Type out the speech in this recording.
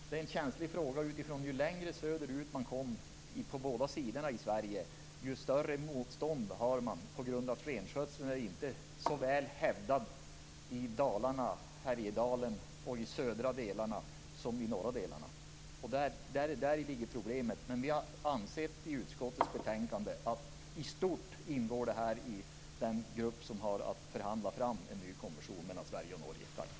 Det är en känslig fråga eftersom ju längre söderut man kommer på båda sidorna, desto större motstånd har man i Sverige på grund av att renskötseln inte är så väl hävdad i de södra delarna, Dalarna och Härjedalen, som i de norra delarna. Däri ligger problemet. I utskottets betänkande har vi ansett att detta i stort ingår i den grupp som har att förhandla fram en ny konvention mellan Sverige och Norge.